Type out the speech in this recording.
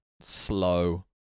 Slow